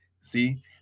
see